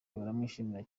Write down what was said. baramwishimira